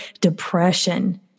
depression